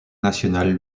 nationales